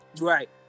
Right